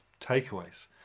takeaways